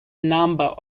number